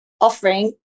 offering